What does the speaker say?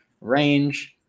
range